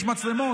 יש מצלמות,